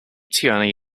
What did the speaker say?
tierney